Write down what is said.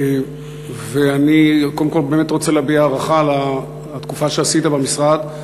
אני רוצה להביע הערכה על התקופה שעשית במשרד.